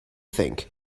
think